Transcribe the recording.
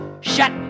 Shut